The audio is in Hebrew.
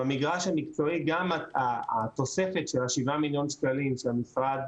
במגרש המקצועי גם התוספת של ה-7,000,000 שקלים שהמשרד,